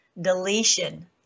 deletion